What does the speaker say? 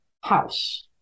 house